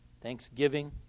thanksgiving